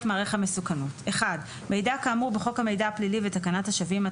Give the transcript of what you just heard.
מעריך המסוכנות: מידע כאמור בחוק המידע הפלילי ותקנת השבים,